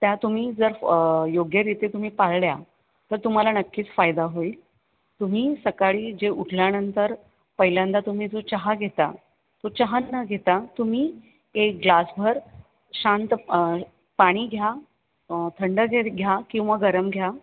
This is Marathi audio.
त्या तुम्ही जर योग्यरीत्या तुम्ही पाळल्या तर तुम्हाला नक्कीच फायदा होईल तुम्ही सकाळी जे उठल्यानंतर पहिल्यांदा तुम्ही जो चहा घेता तो चहा न घेता तुम्ही एक ग्लासभर शांत पाणी घ्या थंडगार घ्या किंवा गरम घ्या